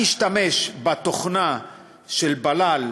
אני אשתמש בתוכנה של בל"ל